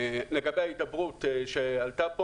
לגבי ההידברות שעלתה פה